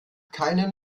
keinen